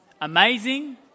Amazing